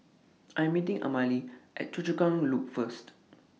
I'm meeting Amalie At Choa Chu Kang Loop First